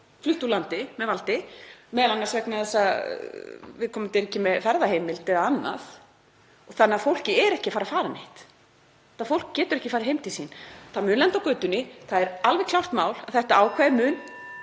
flutt úr landi með valdi, m.a. vegna þess að viðkomandi er ekki með ferðaheimild eða annað. Þannig að fólkið er ekki að fara neitt. Þetta fólk getur ekki farið heim til sín. Það mun lenda á götunni. Það er alveg klárt mál að þetta ákvæði mun